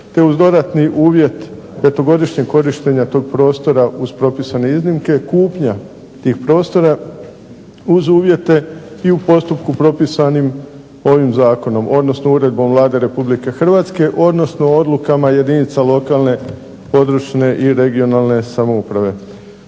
te uz dodatni uvjet petogodišnjeg korištenja tog prostora uz propisane iznimke kupnja tih prostora uz uvjete i u postupku propisanim ovim zakonom, odnosno uredbom Vlade Republike Hrvatske odnosno odlukama jedinica lokalne, područne (regionalne) samouprave.